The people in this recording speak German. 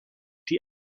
die